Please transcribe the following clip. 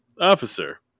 officer